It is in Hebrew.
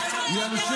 ירשה